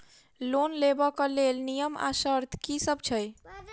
Loan लेबऽ कऽ लेल नियम आ शर्त की सब छई?